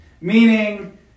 Meaning